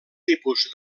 tipus